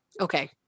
Okay